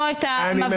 לא את המפגינה,